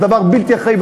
זה דבר בלתי אחראי,